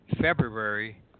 February